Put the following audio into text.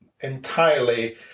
entirely